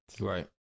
Right